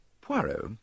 Poirot